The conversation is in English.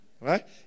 right